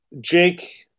Jake